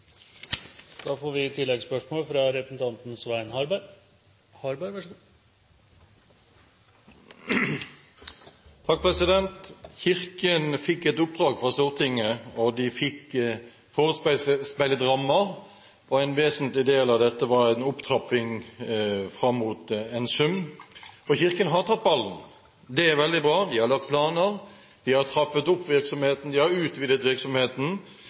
Svein Harberg – til oppfølgingsspørsmål. Kirken fikk et oppdrag fra Stortinget, de fikk forespeilet rammer, og en vesentlig del av dette var en opptrapping fram mot en sum. Kirken har tatt ballen – det er veldig bra. De har lagt planer, de har trappet opp virksomheten, de har utvidet virksomheten,